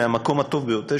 מהמקום הטוב ביותר,